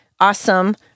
awesome